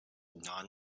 non